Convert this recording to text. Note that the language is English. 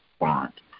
want